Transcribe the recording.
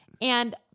And-